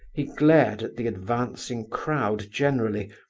he glared at the advancing crowd generally,